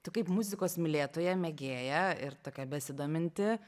tu kaip muzikos mylėtoja mėgėja ir tokia besidominti